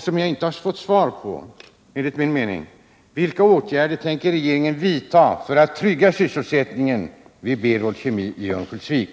som jag enligt min mening inte har fått svar på: Vilka åtgärder tänker regeringen vidta för att trygga sysselsättningen vid Berol Kemi i Örnsköldsvik?